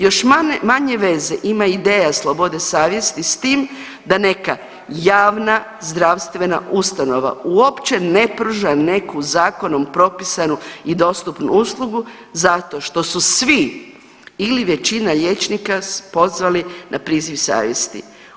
Još manje veze ima ideja slobode savjesti s tim da neka javna zdravstvena ustanova uopće ne pruža neku zakonom propisanu i dostupnu uslugu zato što su svi ili većina liječnika se pozvali na priziv savjesti.